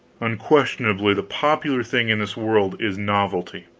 unquestionably, the popular thing in this world is novelty.